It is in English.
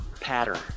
pattern